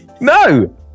No